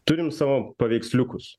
turim savo paveiksliukus